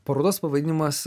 parodos pavadinimas